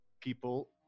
people